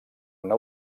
una